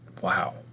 Wow